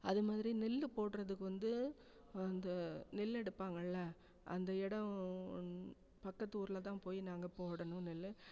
அதுமாதிரி நெல் போடுறதுக்கு வந்து அந்த நெல் எடுப்பாங்கள்லே அந்த இடம் பக்கத்து ஊரில்தான் போய் நாங்கள் போடணும் நெல்